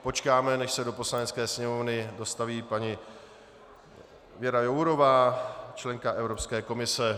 Počkáme, než se do Poslanecké sněmovny dostaví paní Věra Jourová, členka Evropské komise.